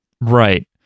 Right